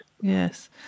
Yes